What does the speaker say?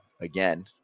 again